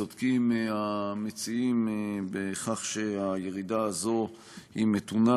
צודקים המציעים בכך שהירידה הזאת היא מתונה